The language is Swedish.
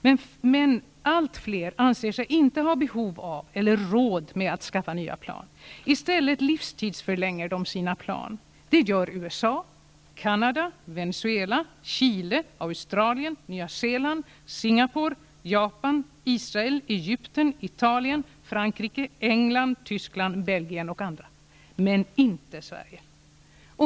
Men allt fler anser sig inte ha behov av eller råd med att skaffa nya flygplan. I stället livstidsförlänger de sina plan. Det gör USA, Italien, Frankrike, England, Tyskland, Belgien och andra, men inte Sverige.